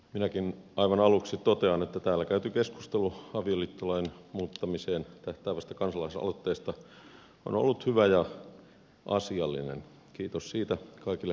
minäkin aivan aluksi totean että täällä käyty keskustelu avioliittolain muuttamiseen tähtäävästä kansalaisaloitteesta on ollut hyvä ja asiallinen kiitos siitä kaikille kollegoille